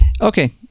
Okay